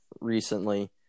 recently